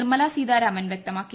Nirmala Sitharaman വ്യക്മാക്കി